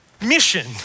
mission